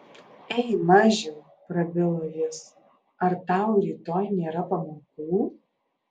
ei mažiau prabilo jis ar tau rytoj nėra pamokų